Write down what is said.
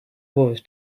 wolves